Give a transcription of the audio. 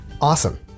Awesome